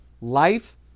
Life